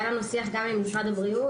היה לנו שיח גם עם משרד הבריאות.